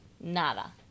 Nada